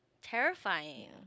terrifying